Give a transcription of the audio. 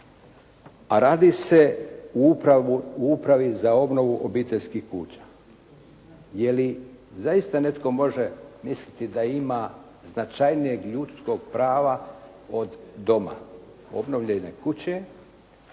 A radi se o Upravi za obnovu obiteljskih kuća. Je li zaista netko može misliti da ima značajnijeg ljudskog prava od doma, obnovljene kuće.